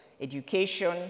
education